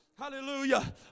Hallelujah